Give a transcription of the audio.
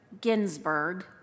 Ginsburg